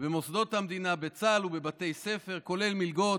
במוסדות המדינה, בצה"ל ובבתי ספר, כולל מלגות.